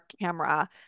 camera